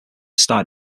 started